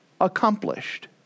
accomplished